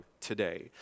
today